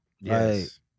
Yes